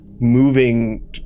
moving